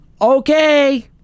Okay